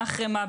מה אחרי מה?